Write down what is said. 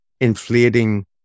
inflating